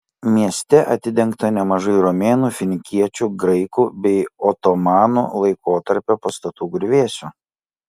mieste atidengta nemažai romėnų finikiečių graikų bei otomanų laikotarpio pastatų griuvėsių